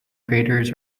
craters